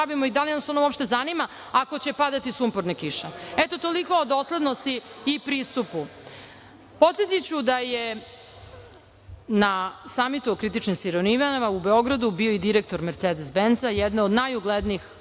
i da li nas ona uopšte zanima ako će padati sumporne kiše? Eto, toliko o doslednosti i pristupu. Podsetiću da je na Samitu o kritičnim sirovinama u Beogradu bio i direktor "Mercedes Benza", jedne od najuglednijih